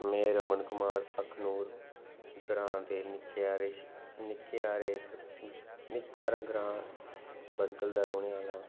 में रमन कुमार अखनूर ग्रांऽ दे निक्के हारे निक्के हारे इक निक्का हारा ग्रांऽ बडगल दा रौह्ने आह्ला आं